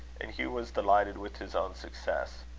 and hugh was delighted with his own success.